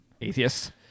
Atheist